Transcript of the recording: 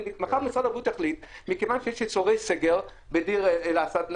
מחר משרד הבריאות יחליט שמכיוון שיש צורך בסגר בדיר אל-אסד,